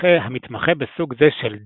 המתמחה בסוג זה של "דיג"